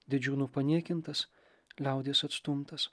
didžiūnų paniekintas liaudies atstumtas